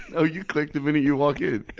oh, you clicked the minute you walk in.